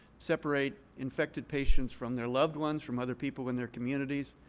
separate infected patients from their loved ones, from other people in their communities.